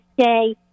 stay